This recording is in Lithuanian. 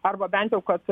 arba bent jau kad